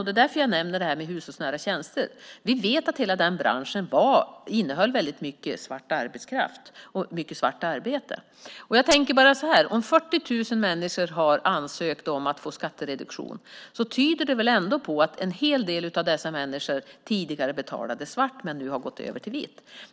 Det är därför jag nämner de hushållsnära tjänsterna. Vi vet att hela den branschen innehöll väldigt mycket svart arbetskraft och svart arbete. Jag tänker så här: Om 40 000 människor har ansökt om att få skattereduktion tyder det väl ändå på att en hel del av dessa tidigare betalade svart men nu har gått över till vitt?